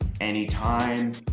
anytime